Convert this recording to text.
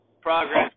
progress